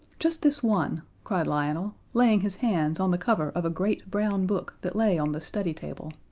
just this one, cried lionel, laying his hands on the cover of a great brown book that lay on the study table.